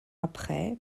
après